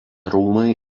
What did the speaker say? rūmai